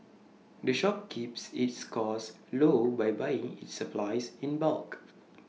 the shop keeps its costs low by buying its supplies in bulk